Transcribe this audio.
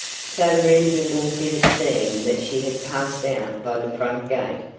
so reasonable did it seem that she had passed out by the front gate,